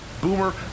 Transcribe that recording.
Boomer